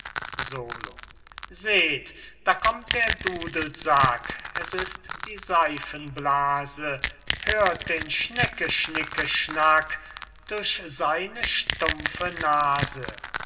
seht da kommt der dudelsack es ist die seifenblase hört den schneckeschnickeschnack durch seine stumpfe nase